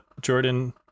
Jordan